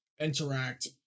interact